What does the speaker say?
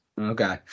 Okay